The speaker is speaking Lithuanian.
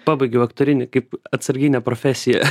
pabaigiau aktorinį kaip atsarginę profesiją